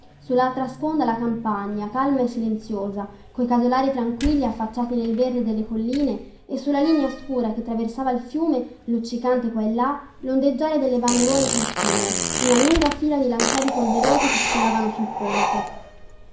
sullaltra sponda la campagna calma e silenziosa coi casolari tranquilli affacciati nel verde delle colline e sulla linea scura che traversava il fiume luccicante qua e là l ondeggiare delle banderuole turchine una lunga fila di lancieri polverosi che sfilavano sul ponte